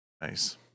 Nice